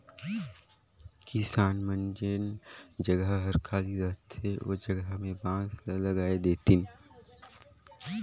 किसान मन जेन जघा हर खाली रहथे ओ जघा में बांस ल लगाय देतिन